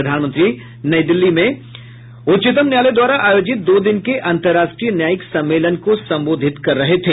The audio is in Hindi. प्रधानमंत्री मोदी नई दिल्ली में उच्चतम न्यायालय द्वारा आयोजित दो दिन के अंतर्राष्ट्रीय न्यायिक सम्मेलन को संबोधित कर रहे थे